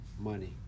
money